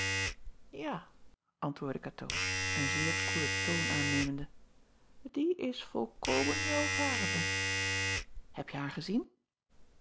a antwoordde atoo een zeer koelen toon aannemende die is volkomen welvarende ebje haar gezien